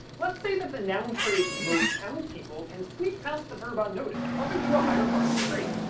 let's say that the noun phrase most townspeople can sneak past the verb unnoticed, up into a higher part of the tree.